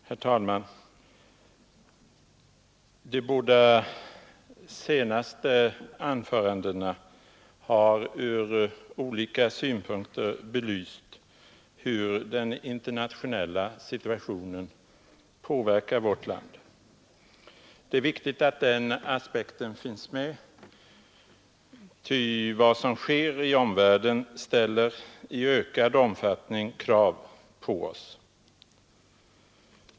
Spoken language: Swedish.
Herr talman! De båda senaste anförandena har från olika synpunkter belyst hur den internationella situationen påverkar vårt land. Det är viktigt att den aspekten finns med, ty vad som sker i omvärlden ställer i ökad omfattning krav på oss.